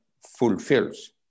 fulfills